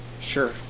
Sure